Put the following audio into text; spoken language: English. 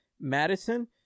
madison